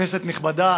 כנסת נכבדה,